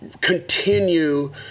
continue